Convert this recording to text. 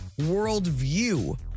worldview